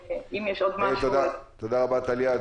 תודה רבה, טליה.